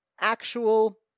actual